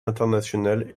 internationale